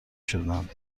شدند